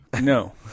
No